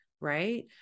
Right